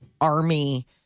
army